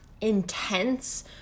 intense